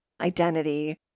identity